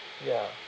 ya